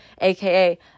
aka